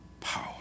power